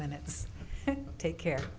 minutes take care